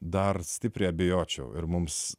dar stipriai abejočiau ir mums